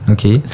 Okay